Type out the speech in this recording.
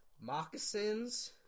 moccasins